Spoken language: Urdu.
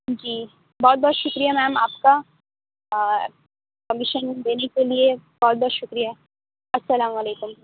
جی بہت بہت شکریہ میم آپ کا پرمیشن دینے کے لیے بہت بہت شکریہ السّلام علیکم